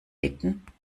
bitten